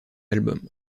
album